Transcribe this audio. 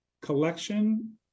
collection